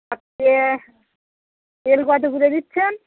তেল কত করে দিচ্ছেন